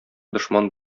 дошман